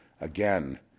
Again